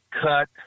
cut